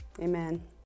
Amen